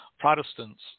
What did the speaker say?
Protestants